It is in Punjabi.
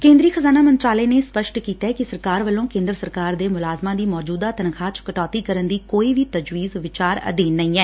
ਕੇਂਦਰੀ ਖ਼ਜਾਨਾ ਮੰਤਰਾਲੇ ਨੇ ਸਪੱਸ਼ਟ ਕੀਤੈ ਕਿ ਸਰਕਾਰ ਵੱਲੋਂ ਕੇਂਦਰ ਸਰਕਾਰ ਦੇ ਮੁਲਾਜ਼ਮਾਂ ਦੀ ਮੌਜੁਦਾ ਤਨਖ਼ਾਹ ਚ ਕਟੌਤੀ ਕਰਨ ਦੀ ਕੋਈ ਵੀ ਤਜਵੀਜ਼ ਵਿਚਾਰ ਅਧੀਨ ਨਹੀਂ ਐ